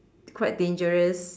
quite dangerous